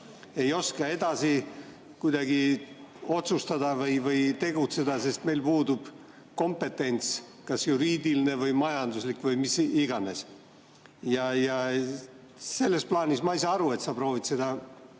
ei oska kuidagi otsustada või tegutseda, sest meil puudub kompetents, kas juriidiline või majanduslik või mis iganes. Selles plaanis ma ei saa aru, miks sa proovid seda